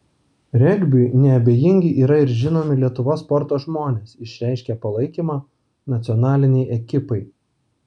regbiui neabejingi yra ir žinomi lietuvos sporto žmonės išreiškę palaikymą nacionalinei ekipai